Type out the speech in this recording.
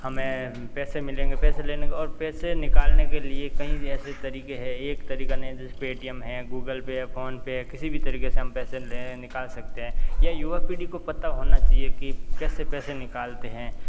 हमें पैसे मिलेंगे पैसे लेने के और पैसे निकालने के लिए कई ऐसे तरीके है एक तरीका नहीं जैसे पेटीएम है गूगल पे है फोन पे है किसी भी तरीके से हम पैसे लें निकाल सकते हैं या युवा पीढ़ी को पता होना चाहिए कि कैसे पैसे निकालते हैं